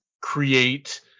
Create